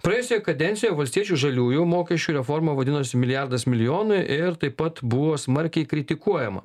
praėjusioje kadencijoje valstiečių žaliųjų mokesčių reforma vadinosi milijardas milijonui ir taip pat buvo smarkiai kritikuojama